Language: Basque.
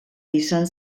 izan